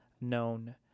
known